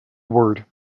word